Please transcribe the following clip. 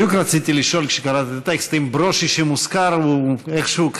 בדיוק רציתי לשאול כשקראת את הטקסטים אם ברושי שמוזכר הוא איכשהו,